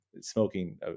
smoking